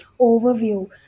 overview